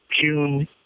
June